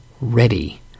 ready